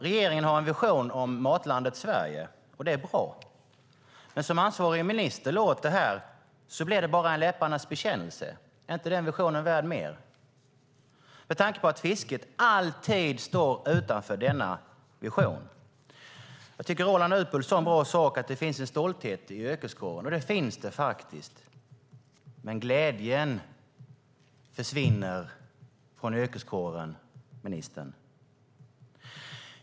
Regeringen har en vision om matlandet Sverige, och det är bra, men som den ansvarige ministern låter här blir det bara en läpparnas bekännelse. Är den visionen inte värd mer? Det säger jag med tanke på att fisket alltid står utanför denna vision. Roland Utbult sade en bra sak, nämligen att det finns en stolthet i yrkeskåren, och det gör det, men glädjen försvinner från yrkeskåren, ministern.